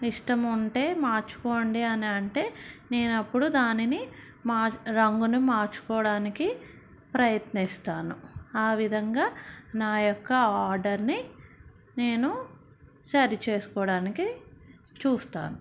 ఇష్టం ఉంటే మార్చుకోండి అని అంటే నేనప్పుడు దానిని మా రంగును మార్చుకోవడానికి ప్రయత్నిస్తాను ఆ విధంగా నా యొక్క ఆర్డర్ని నేను సరి చేసుకోవడానికి చూస్తాను